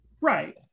Right